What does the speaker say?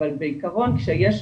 אבל בעקרון כשיש,